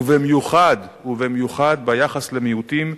ובמיוחד, ובמיוחד, ביחס למיעוטים,